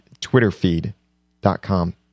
Twitterfeed.com